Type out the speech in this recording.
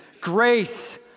Grace